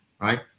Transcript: right